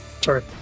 sorry